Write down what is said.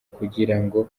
kugirango